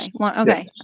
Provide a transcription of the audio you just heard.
Okay